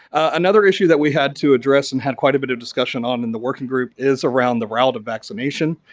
another issue that we had to address and had quite a bit of discussion on in the working group is around the route of vaccination.